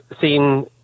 seen